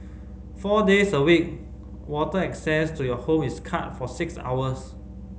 four days a week water access to your home is cut for six hours